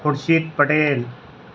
Khurshid Patel